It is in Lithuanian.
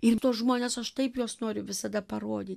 ir tuos žmones aš taip juos noriu visada parodyti